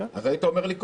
אז היית אומר לי קודם.